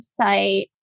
website